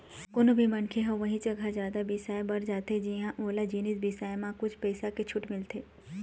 कोनो भी मनखे ह उही जघा जादा बिसाए बर जाथे जिंहा ओला जिनिस बिसाए म कुछ पइसा के छूट मिलथे